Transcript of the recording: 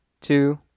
two